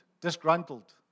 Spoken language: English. disgruntled